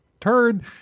turd